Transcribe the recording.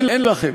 אין לכם.